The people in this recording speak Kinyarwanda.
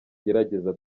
ngerageza